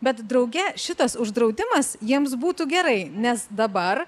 bet drauge šitas uždraudimas jiems būtų gerai nes dabar